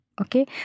Okay